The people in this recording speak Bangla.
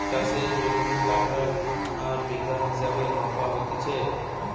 চাষের জমি কাঠা আর বিঘা হিসেবে মাপা হতিছে